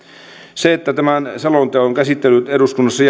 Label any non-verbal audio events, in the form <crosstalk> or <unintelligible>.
se että tämän selonteon käsittely eduskunnassa <unintelligible>